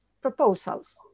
proposals